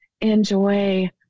enjoy